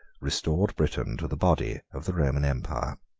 restored britain to the body of the roman empire.